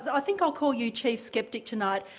i think i'll call you chief skeptic tonight.